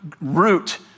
root